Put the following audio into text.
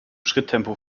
schritttempo